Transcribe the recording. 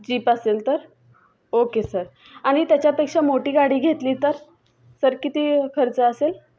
jeep असेल तर okay sir आणि त्याच्यापेक्षा मोठी गाडी घेतली तर सर किती खर्च असेल